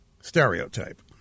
stereotype